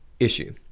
issue